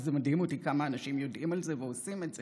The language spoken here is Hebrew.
וזה מדהים אותי כמה אנשים יודעים על זה ועושים את זה.